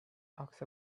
talks